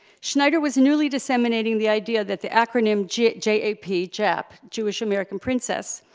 schneider was newly disseminating the idea that the acronym j j a p, jap, jewish american princess,